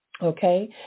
okay